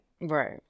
Right